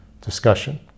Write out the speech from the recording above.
discussion